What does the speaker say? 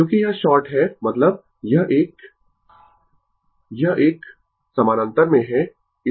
क्योंकि यह शॉर्ट है मतलब यह एक यह एक समानांतर में है